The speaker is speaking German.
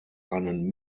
einen